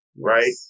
right